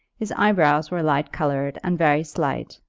his eyebrows were light-coloured and very slight,